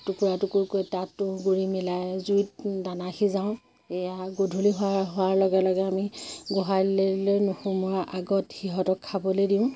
টুকুৰা টুকুৰকৈ তাতো গুড়ি মিলাই জুইত দানা সিজাওঁ এইয়া গধূলি হোৱা হোৱাৰ লগে লগে আমি গোহালিলৈ নোসোমোৱাৰ আগত সিহঁতক খাবলৈ দিওঁ